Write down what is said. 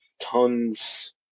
tons